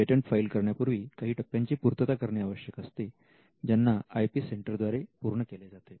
patent file करण्यापूर्वी काही टप्प्यांची पूर्तता करणे आवश्यक असते ज्यांना आय पी सेंटर द्वारे पूर्ण केले जातात